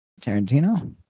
Tarantino